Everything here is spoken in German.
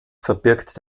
verbirgt